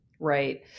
Right